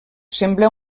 sembla